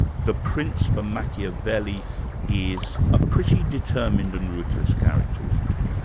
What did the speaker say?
the prince, for machiavelli is a pretty determined and ruthless character, isn't he?